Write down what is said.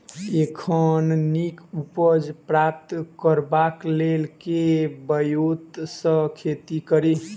एखन नीक उपज प्राप्त करबाक लेल केँ ब्योंत सऽ खेती कड़ी?